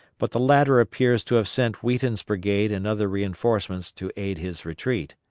but the latter appears to have sent wheaton's brigade and other reinforcements to aid his retreat.